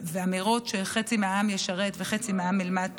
אמירות שחצי מהעם ישרת וחצי מהעם ילמד תורה.